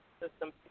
system